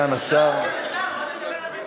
סגן השר, מה יש לך להוסיף?